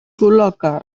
col·loca